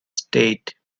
state